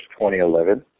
2011